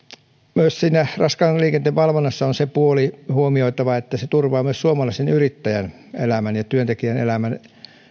raskaan liikenteen valvonnassa on huomioitava se puoli että se turvaa myös suomalaisen yrittäjän elämän ja työntekijän elämän